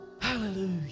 hallelujah